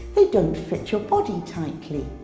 they don't fit your body tightly.